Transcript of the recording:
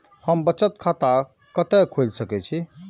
हम बचत खाता कते खोल सके छी?